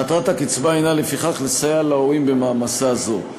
מטרת הקצבה הנה, לפיכך, לסייע להורים במעמסה זו.